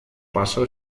paso